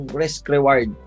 risk-reward